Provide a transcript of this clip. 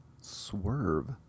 Swerve